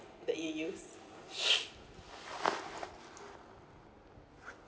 that you use